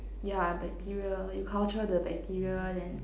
yeah bacteria you culture the bacteria then